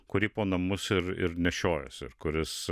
kurį po namus ir ir nešiojuos ir kuris